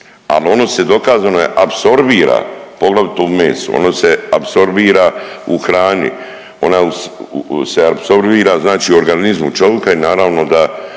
a on se dokazano je apsorbira poglavito u meso, ono se apsorbira u hrani, ona se apsorbira u organizmu čovika i naravno da